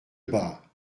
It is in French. bats